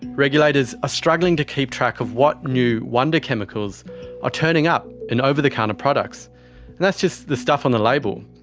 regulators are struggling to keep track of what new wonder chemicals are turning up in over-the-counter products, and that's just the stuff on the label.